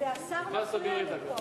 זה השר שמפריע לי פה.